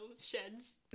sheds